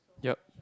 yup